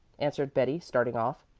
answered betty, starting off.